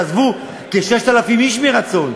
עזבו כ-6,000 איש מרצון.